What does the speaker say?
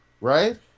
right